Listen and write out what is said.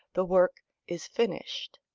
the work is finished.